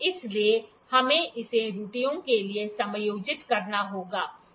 इसलिए हमें इसे त्रुटियों के लिए समायोजित करना होगा